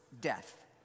death